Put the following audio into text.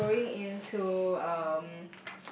like going in to um